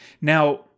Now